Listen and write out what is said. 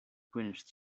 greenish